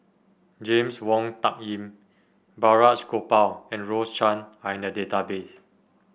James Wong Tuck Yim Balraj Gopal and Rose Chan are in the database